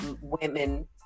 women